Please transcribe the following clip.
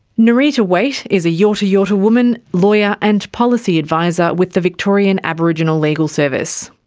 nerita waight is a yorta yorta woman, lawyer and policy advisor with the victorian aboriginal legal service.